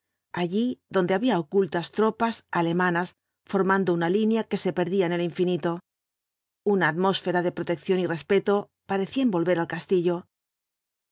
allí donde había ocultas tropas alemanas formando una línea que se perdía en el infinito una atmósfera de protección y respeto parecía envolver al castillo